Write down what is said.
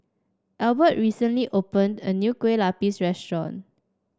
Albert recently opened a new Kueh Lapis restaurant